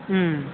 ಹ್ಞೂ